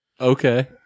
Okay